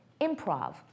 improv